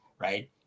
right